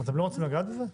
אתם לא רוצים לגעת בזה?